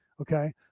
Okay